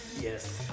Yes